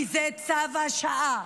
כי זה צו השעה.